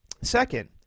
second